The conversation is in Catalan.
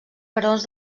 barons